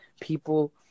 people